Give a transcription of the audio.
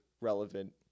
relevant